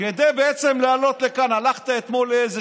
בעצם כדי לעלות לכאן הלכת אתמול לאיזה